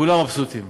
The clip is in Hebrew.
כולם מבסוטים.